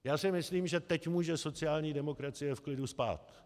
Já si myslím, že teď může sociální demokracie v klidu spát.